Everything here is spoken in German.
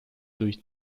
durch